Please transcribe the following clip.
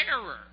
terror